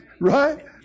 Right